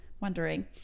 Wondering